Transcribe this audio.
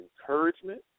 encouragement